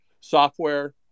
software